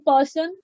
person